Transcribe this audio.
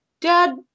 Dad